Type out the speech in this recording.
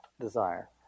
desire